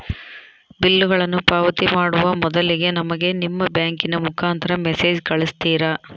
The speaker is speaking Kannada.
ಬಿಲ್ಲುಗಳನ್ನ ಪಾವತಿ ಮಾಡುವ ಮೊದಲಿಗೆ ನಮಗೆ ನಿಮ್ಮ ಬ್ಯಾಂಕಿನ ಮುಖಾಂತರ ಮೆಸೇಜ್ ಕಳಿಸ್ತಿರಾ?